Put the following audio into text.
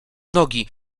nogi